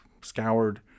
scoured